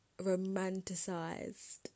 romanticized